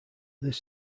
this